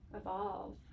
evolve